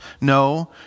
No